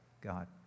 God